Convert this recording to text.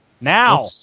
Now